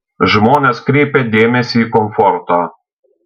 žmonės kreipia dėmesį į komfortą